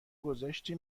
گذاشتی